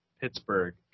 Pittsburgh